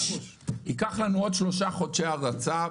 ייקח לנו עוד שלושה חודשי הרצה,